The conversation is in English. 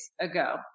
ago